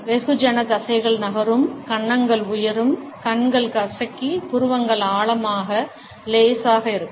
வெகுஜன தசைகள் நகரும் கன்னங்கள் உயரும் கண்கள் கசக்கி புருவங்கள் ஆழமாக லேசாக இருக்கும்